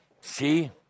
See